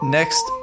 Next